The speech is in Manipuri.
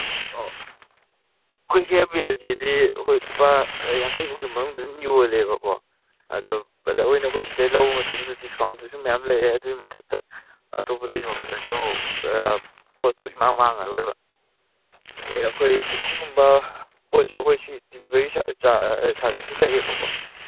ꯑꯣ ꯑꯩꯈꯣꯏ ꯍꯤꯌꯔ ꯕꯦꯜꯁꯤꯗꯤ ꯑꯩꯈꯣꯏ ꯂꯨꯄꯥ ꯌꯥꯡꯈꯩꯕꯨꯛꯀꯤ ꯃꯅꯨꯡꯗꯗꯤ ꯑꯗꯨꯝ ꯌꯣꯜꯂꯦꯕꯀꯣ ꯑꯗꯨ ꯕ꯭ꯔꯗꯔ ꯍꯣꯏꯅ ꯑꯩꯈꯣꯏ ꯁꯤꯗꯩ ꯂꯧꯕ ꯃꯇꯝꯗꯨꯗ ꯗꯤꯁꯀꯥꯎꯟꯁꯤꯁꯨ ꯃꯌꯥꯝ ꯂꯩꯔꯦ ꯑꯗꯨꯒꯤ ꯃꯊꯛꯇ ꯑꯇꯣꯞꯄꯗ ꯌꯣꯟꯕꯗꯁꯨ ꯄꯣꯠꯇꯣ ꯏꯃꯥꯡ ꯃꯥꯡꯉꯔꯣꯏꯕ ꯑꯩꯈꯣꯏ ꯑꯁꯤꯒꯨꯝꯕ ꯄꯣꯠꯁꯦ ꯑꯩꯈꯣꯏ ꯁꯤ ꯗꯤꯂꯤꯚꯔꯤ ꯁꯥꯔꯚꯤꯁꯁꯨ ꯂꯩꯌꯦꯕꯀꯣ